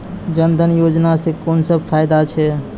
जनधन योजना सॅ कून सब फायदा छै?